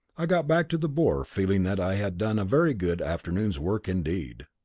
i got back to the boar feeling that i had done a very good afternoon's work indeed.